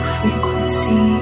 frequency